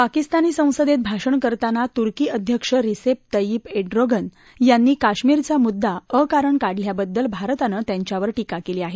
पाकिस्तानी संसदेत भाषण करताना तुर्की अध्यक्ष रिसेप तथ्यिप एड्रोगन यांनी कश्मीरचा मुद्दा अकारण काढल्याबद्दल भारतानं त्यांच्यावर पिंका केली आहे